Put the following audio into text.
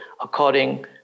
according